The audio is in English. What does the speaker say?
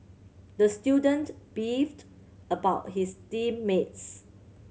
the student beefed about his team mates